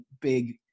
big